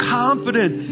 confident